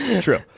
True